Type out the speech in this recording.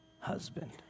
husband